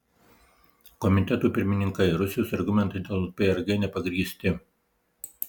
komitetų pirmininkai rusijos argumentai dėl prg nepagrįsti